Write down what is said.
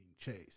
chased